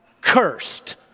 cursed